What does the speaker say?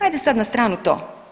Ajde sad na stranu to.